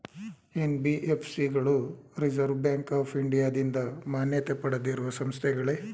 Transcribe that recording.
NBFC ಗಳು Reserve Bank of ಇಂಡಿಯಾದಿಂದ ಮಾನ್ಯತೆ ಪಡೆದಿರುವ ಸಂಸ್ಥೆಗಳೇ?